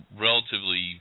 relatively